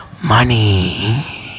money